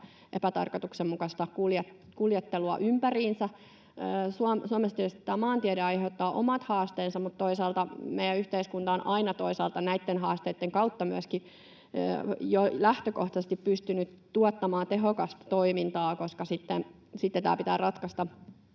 epätarkoituksenmukaista kuljettelua ympäriinsä. Suomessa tietysti maantiede aiheuttaa omat haasteensa, mutta toisaalta meidän yhteiskunta on aina näitten haasteitten kautta myöskin jo lähtökohtaisesti pystynyt tuottamaan tehokasta toimintaa, koska sitten tämä pitää ratkaista